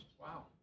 Wow